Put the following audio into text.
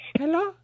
hello